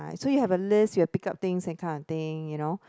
so you have a list you have pick up things that kind of thing you know